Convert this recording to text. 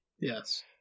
yes